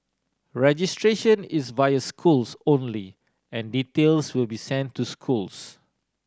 registration is via schools only and details will be sent to schools